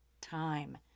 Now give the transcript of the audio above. time